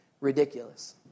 ridiculous